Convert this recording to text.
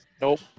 Nope